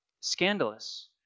scandalous